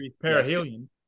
perihelion